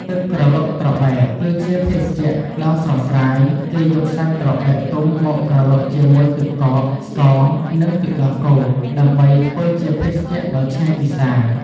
ទឹកក្រឡុកត្របែក គឺជាភេសជ្ជៈដ៏ស្រស់ស្រាយ។ គេយកសាច់ត្របែកទុំមកក្រឡុកជាមួយទឹកកក ស្ករ និងទឹកដោះគោដើម្បីធ្វើជាភេសជ្ជៈដ៏ឆ្ងាញ់ពិសារ។